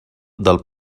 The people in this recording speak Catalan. del